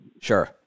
Sure